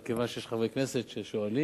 מכיוון שיש חברי כנסת ששואלים,